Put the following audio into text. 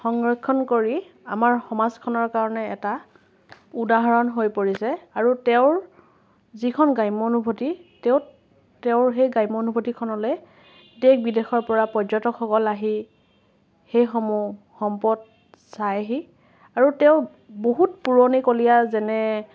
সংৰক্ষণ কৰি আমাৰ সমাজখনৰ কাৰণে এটা উদাহৰণ হৈ পৰিছে আৰু তেওঁৰ যিখন গ্ৰাম্য় অনুভূতি তেওঁৰ সেই গ্ৰাম্য় অনুভূতিখনলৈ দেশ বিদেশৰ পৰা পৰ্যটকসকল আহি সেইসমূহ সম্পদ চাইহি আৰু তেওঁ বহুত পুৰণিকলীয়া যেনে